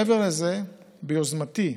מעבר לזה, ביוזמתי,